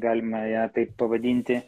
galima ją taip pavadinti